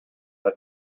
have